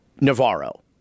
Navarro